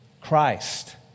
Christ